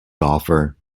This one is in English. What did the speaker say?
golfer